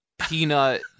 Peanut